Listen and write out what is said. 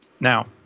Now